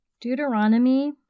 Deuteronomy